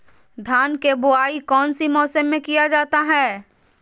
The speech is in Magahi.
धान के बोआई कौन सी मौसम में किया जाता है?